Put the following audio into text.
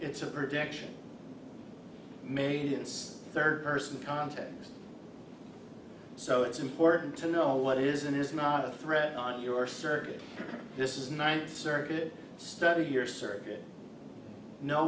it's a projection made its third person content so it's important to know what is and is not a threat on your circuit this is ninth circuit study your circuit kno